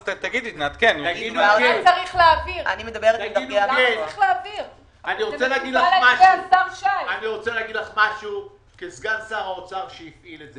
אני רוצה לומר לך כסגן שר האוצר שהפעיל את זה